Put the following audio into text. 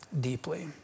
deeply